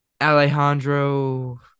Alejandro